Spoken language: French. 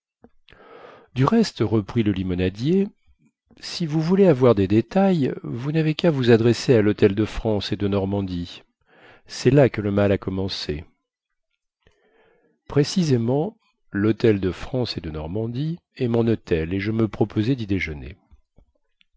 du reste reprit le limonadier si vous voulez avoir des détails vous navez quà vous adresser à lhôtel de france et de normandie cest là que le mal a commencé précisément lhôtel de france et de normandie est mon hôtel et je me proposais dy déjeuner